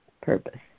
purpose